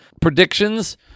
Predictions